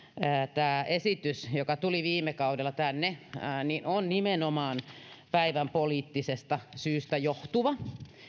tämä esitys joka tuli viime kaudella tänne on nimenomaan päivänpoliittisesta syystä johtuva